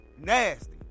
Nasty